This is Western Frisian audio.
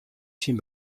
syn